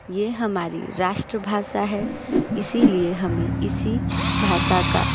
ये हमारी राष्ट्रभाषा है इसलिए हमें इसी भाषा का